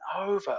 over